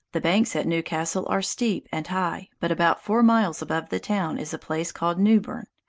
the banks at newcastle are steep and high, but about four miles above the town is a place called newburn,